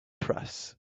press